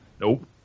Nope